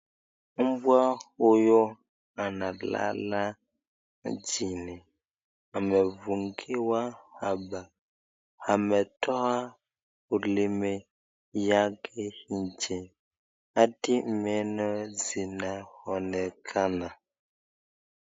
Mbwa huyu analala chini, amefungiwa hapa, ametoa ulimi wake nje hadi meno zinaonekana.